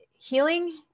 healing